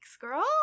girl